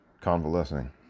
convalescing